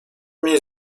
mniej